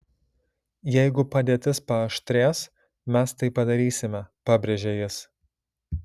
jeigu padėtis paaštrės mes tai padarysime pabrėžė jis